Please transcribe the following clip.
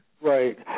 Right